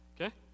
okay